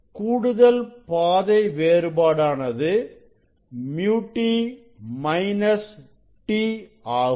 கூடுதல் பாதை வேறுபாடானது µt மைனஸ் t ஆகும்